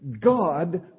God